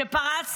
שפרץ